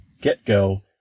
get-go